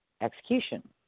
execution